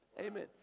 Amen